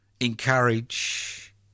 encourage